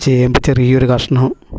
ചേമ്പ് ചെറിയൊരു കഷ്ണം